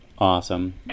Awesome